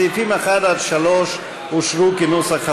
סעיפים 1 3 אושרו, כנוסח הוועדה.